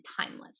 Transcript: timeless